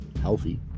healthy